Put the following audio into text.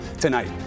tonight